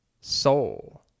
soul